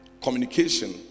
Communication